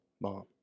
Mom